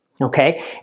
Okay